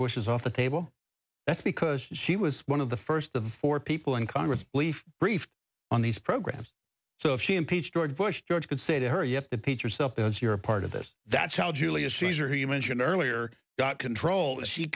bush is off the table that's because she was one of the first of the four people in congress belief briefed on these programs so if she impeach george bush george could say to her you have to paint yourself as you're a part of this that's how julius caesar who you mentioned earlier got control and she